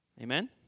Amen